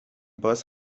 باز